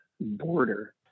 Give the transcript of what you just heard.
border